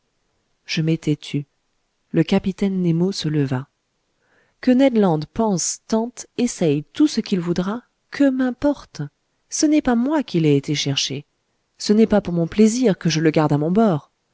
je m'étais tu le capitaine nemo se leva que ned land pense tente essaye tout ce qu'il voudra que m'importe ce n'est pas moi qui l'ai été chercher ce n'est pas pour mon plaisir que je le garde à mon bord